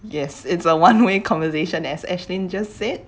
yes it's a one way conversation as ashlyn just said